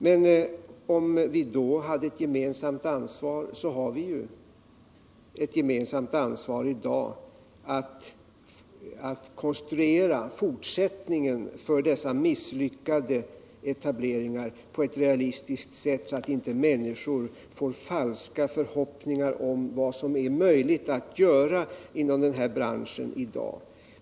Men om vi den gången hade ett gemensamt ansvar, så har vi ju ett gemensamt ansvar i dag för att konstruera fortsättningen för dessa misslyckade etableringar på ett realistiskt sätt, så att inte människor får falska förhoppningar om vad som är möjligt att göra inom den här branschen.